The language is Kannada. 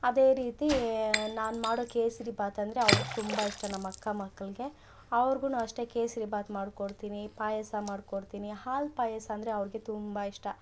ಅದೇ ರೀತಿ ನಾನು ಮಾಡೋ ಕೇಸರಿ ಭಾತ್ ಅಂದರೆ ಅವ್ರಿಗೆ ತುಂಬ ಇಷ್ಟ ನಮ್ಮ ಅಕ್ಕ ಮಕ್ಕಳ್ಗೆ ಅವ್ರಿಗು ಅಷ್ಟೇ ಕೇಸರಿ ಭಾತ್ ಮಾಡಿಕೊಡ್ತೀನಿ ಪಾಯಸ ಮಾಡಿಕೊಡ್ತೀನಿ ಹಾಲು ಪಾಯಸ ಅಂದರೆ ಅವ್ರಿಗೆ ತುಂಬ ಇಷ್ಟ